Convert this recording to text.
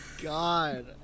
god